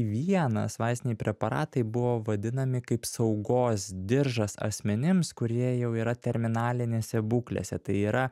vienas vaistiniai preparatai buvo vadinami kaip saugos diržas asmenims kurie jau yra terminalinėse būklėse tai yra